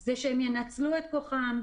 הוא שהן ינצלו את כוחן,